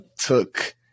took –